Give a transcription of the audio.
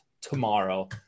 tomorrow